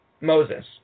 Moses